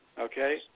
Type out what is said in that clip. Okay